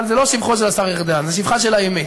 אבל זה לא שבחו של השר ארדן, זו שבחה של האמת,